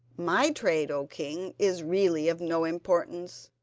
my trade, o king, is really of no importance.